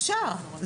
אפשר.